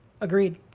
agreed